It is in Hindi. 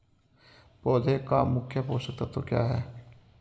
पौधे का मुख्य पोषक तत्व क्या हैं?